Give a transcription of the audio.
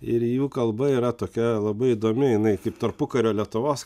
ir jų kalba yra tokia labai įdomi jinai kaip tarpukario lietuvos